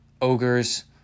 ogres